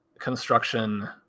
construction